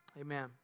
Amen